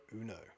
uno